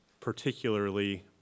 particularly